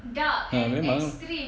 ah memang ah